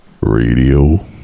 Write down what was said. radio